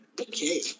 Okay